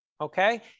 Okay